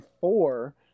four